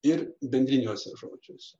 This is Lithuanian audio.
ir bendriniuose žodžiuose